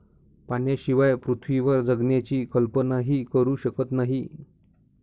पाण्याशिवाय पृथ्वीवर जगण्याची कल्पनाही करू शकत नाही